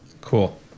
cool